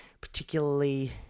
particularly